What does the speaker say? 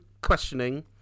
questioning